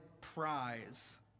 prize